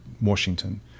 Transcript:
Washington